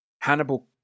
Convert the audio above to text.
Hannibal